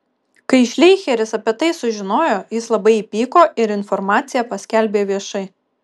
kai šleicheris apie tai sužinojo jis labai įpyko ir informaciją paskelbė viešai